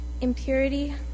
impurity